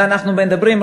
ואנחנו מדברים,